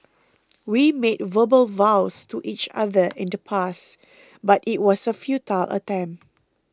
we made verbal vows to each other in the past but it was a futile attempt